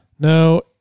No